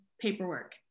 paperwork